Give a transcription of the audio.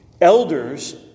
Elders